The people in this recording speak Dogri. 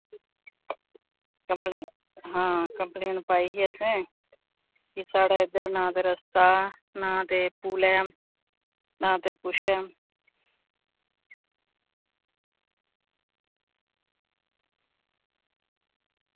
कम्पलेन हां कम्पलेन पाई ही असें कि साढ़े इद्धर ना ते रस्ता ना पुल ऐ ना ते कुछ ऐ